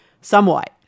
somewhat